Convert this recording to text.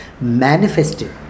manifested